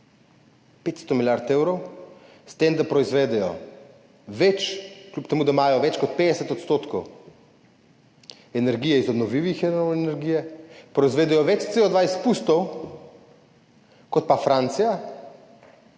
500 milijard evrov, s tem da proizvedejo več, kljub temu, da imajo več kot 50 % energije iz obnovljivih virov energije, proizvedejo več CO2 izpustov kot Francija,